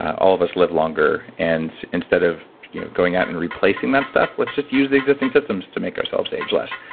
all of us live longer, and instead of you know going out and replacing that stuff, let's just use the existing systems to make ourselves age less.